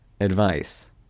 Advice